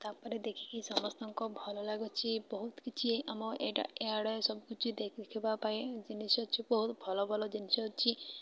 ତାପରେ ଦେଖିକି ସମସ୍ତଙ୍କୁ ଭଲ ଲାଗୁଛିି ବହୁତ କିଛି ଆମ ଏଇଟା ଏଆଡ଼େ ସବୁ କିଛି ଦେଖିବା ପାଇଁ ଜିନିଷ ଅଛି ବହୁତ ଭଲ ଭଲ ଜିନିଷ ଅଛି